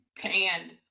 panned